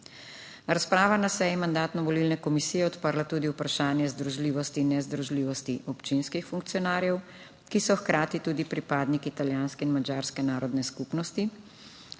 Razprava na seji Mandatno-volilne komisije je odprla tudi vprašanje združljivosti in nezdružljivosti občinskih funkcionarjev, ki so hkrati tudi pripadniki italijanske in madžarske narodne skupnosti,